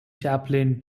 chaplain